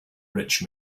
rich